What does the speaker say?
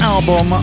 Album